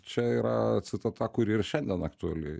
čia yra citata kuri ir šiandien aktuali